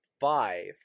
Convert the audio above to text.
five